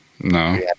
No